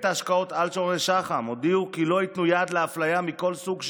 בית ההשקעות אלטשולר שחם הודיע כי לא ייתן יד לאפליה מכול סוג שהוא,